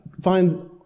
find